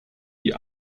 die